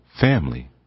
family